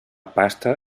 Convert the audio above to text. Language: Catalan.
pasta